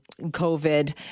COVID